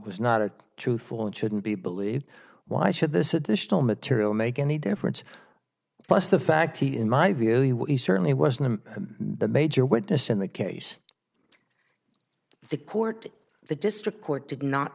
was not a truthful and shouldn't be believed why should this additional material make any difference plus the fact he in my view he certainly wasn't a major witness in the case the court the district court did not